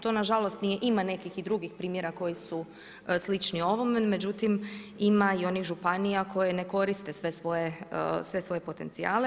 Tu nažalost ima i nekih drugih primjera koji su slični ovome, međutim ima i onih županija koje ne koriste sve svoje potencijale.